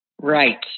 Right